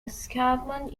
escarpment